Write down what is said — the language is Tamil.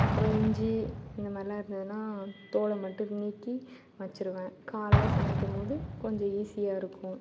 அப்புறம் இஞ்சி இந்த மாதிரில்லா இருந்ததுன்னா தோலை மட்டும் நீக்கி வச்சுடுவேன் காலையில் சமைக்கும்போது கொஞ்சம் ஈசியாக இருக்கும்